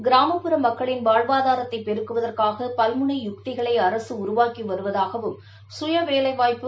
கிராமப்புற மக்களின் வாழ்வாதாரத்தை பெருக்குவதற்காக பல்முனை யுக்திகளை அரசு உருவாக்கி வருவதாகவும் கயவேலைவாய்ப்பு